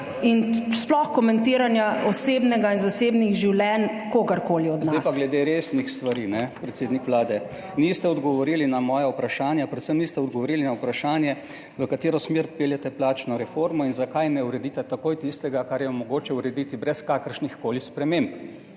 in sploh komentiranja osebnega in zasebnih življenj kogarkoli od nas. **Nadaljevanje ZVONKO ČERNAČ (PS SDS):** Zdaj pa glede resnih stvari, predsednik Vlade. Niste odgovorili na moja vprašanja. Predvsem niste odgovorili na vprašanje, v katero smer peljete plačno reformo in zakaj ne uredite takoj tistega, kar je mogoče urediti brez kakršnihkoli sprememb.